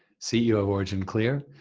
ceo of originclear,